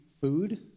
food